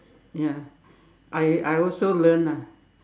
ya I I also learn ah